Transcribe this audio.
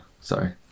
Sorry